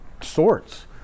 sorts